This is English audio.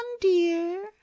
dear